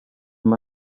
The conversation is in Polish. nie